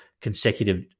consecutive